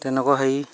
তেনেকুৱা হেৰি